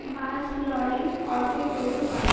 bus lorry auto toto bike